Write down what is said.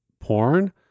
porn